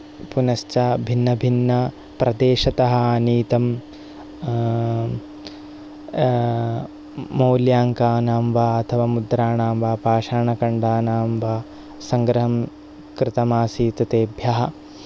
पुनश्च भिन्नभिन्नप्रदेशतः आनीतं मौल्याङ्कानां वा अथवा मुद्राणां वा पाषाणखण्डानां वा सङ्ग्रहं कृतम् आसीत् तेभ्यः